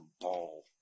ball